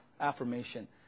affirmation